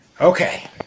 Okay